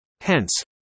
Hence